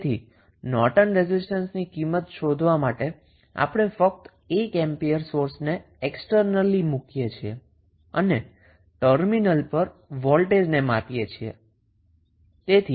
તેથી નોર્ટન રેઝિસ્ટન્સની કિંમત શોધવા માટે આપણે ફક્ત 1 એમ્પીયર સોર્સને એક્સટેર્નલી મૂકીએ છીએ અને ટર્મિનલ પર વોલ્ટેજને માપીએ છીએ